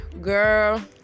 girl